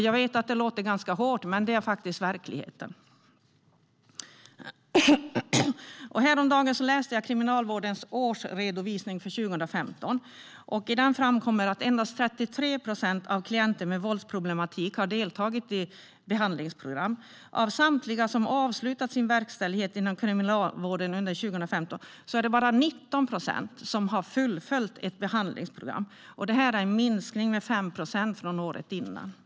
Jag vet att det låter ganska hårt, men det är faktiskt verkligheten. Häromdagen läste jag Kriminalvårdens årsredovisning för 2015. Av den framgår att endast 33 procent av klienterna med våldsproblematik deltagit i behandlingsprogram. Av samtliga som avslutat sin verkställighet inom Kriminalvården under 2015 är det bara 19 procent som fullföljt ett behandlingsprogram. Detta är en minskning med 5 procent från året innan.